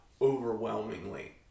overwhelmingly